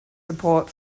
support